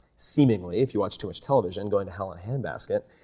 seemingly, if you watch too much television, going to hell in a hand basket,